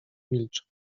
milczał